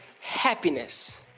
happiness